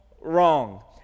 wrong